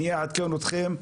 אני אעדכן אתכם.